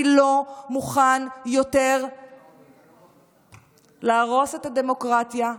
אני לא מוכן יותר להרוס את הדמוקרטיה,